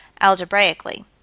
algebraically